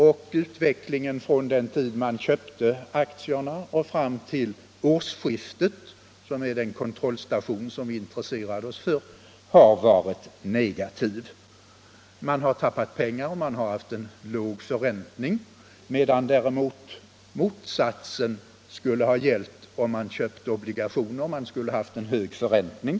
Och utvecklingen från den tid då man köpte aktierna och fram till årsskiftet —- som är den kontrollstation vi har intresserat oss för — har varit negativ. Man har tappat pengar, och man har haft låg förräntning, medan förhållandet varit annorlunda om man hade köpt obligationer. Då hade man haft en hög förräntning.